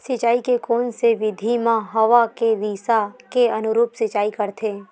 सिंचाई के कोन से विधि म हवा के दिशा के अनुरूप सिंचाई करथे?